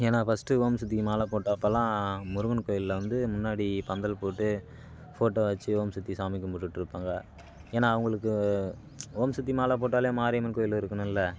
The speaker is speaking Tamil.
ஏன்னால் ஃபர்ஸ்ட் ஓம் சக்திக்கு மாலை போட்ட அப்போலாம் முருகன் கோவில்ல வந்து முன்னாடி பந்தல் போட்டு ஃபோட்டோ வெச்சு ஓம் சக்தி சாமி கும்பிடுட்ருப்பாங்க ஏன்னால் அவங்களுக்கு ஓம் சக்தி மாலை போட்டாலே மாரியம்மன் கோவில் இருக்கணும் இல்லை